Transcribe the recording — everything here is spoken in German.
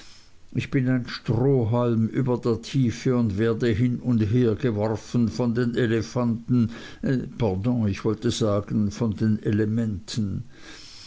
ich bin ein strohhalm über der tiefe und werde hin und her geworfen von den elefanten pardon ich wollte sagen von den elementen